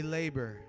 labor